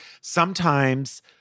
Sometimes-